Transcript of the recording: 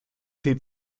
tee